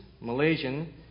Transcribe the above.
Malaysian